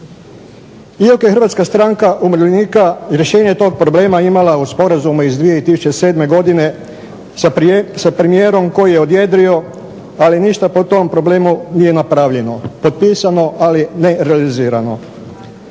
I dok je Hrvatska stranka umirovljenika rješenje tog problema imala u sporazumu iz 2007. godine sa premijerom koji je odjedrio ali ništa po tom problemu nije napravljeno, potpisano ali ne realizirano.